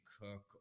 cook